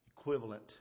equivalent